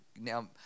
now